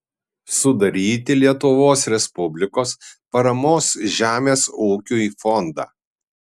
sudaryti lietuvos respublikos paramos žemės ūkiui fondą